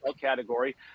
category